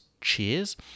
cheers